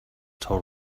total